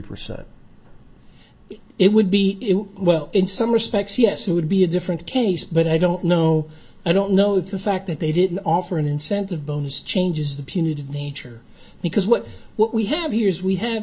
percent it would be well in some respects yes it would be a different case but i don't know i don't know that the fact that they didn't offer an incentive bones changes the punitive nature because what what we have here is we have